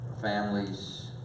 families